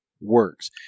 works